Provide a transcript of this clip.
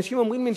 אנשים אומרים לי: